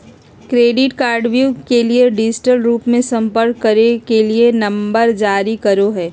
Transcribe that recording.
credit कार्डव्यू के लिए डिजिटल रूप से संपर्क करे के लिए नंबर जारी करो हइ